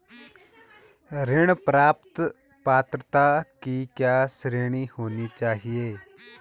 ऋण प्राप्त पात्रता की क्या श्रेणी होनी चाहिए?